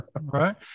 Right